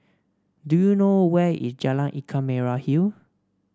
do you know where is Jalan Ikan Merah Hill